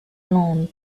landes